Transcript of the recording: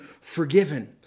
forgiven